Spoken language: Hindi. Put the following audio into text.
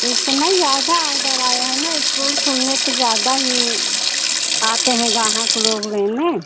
इस समय ज़्यादा आडर आया है न इस्कूल खुलने से ज़्यादा ही आते हैं ग्राहक लोग लेने